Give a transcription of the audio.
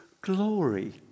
glory